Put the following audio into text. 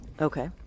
Okay